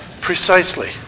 Precisely